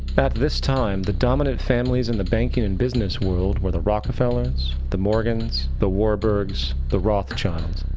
at this time, the dominant families in the banking and business world were the rockefellers, the morgans, the warburgs, the rothschilds.